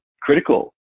critical